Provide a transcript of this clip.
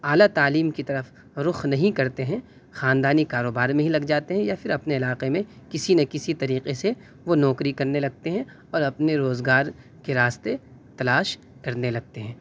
اعلیٰ تعلیم کی طرف رخ نہیں کرتے ہیں خاندانی کاروبار میں ہی لگ جاتے ہیں یا پھر اپنے علاقے میں کسی نہ کسی طریقے سے وہ نوکری کرنے لگتے ہیں اور اپنے روزگار کے راستے تلاش کرنے لگتے ہیں